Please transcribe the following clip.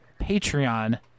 Patreon